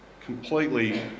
completely